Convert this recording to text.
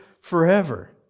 forever